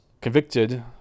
convicted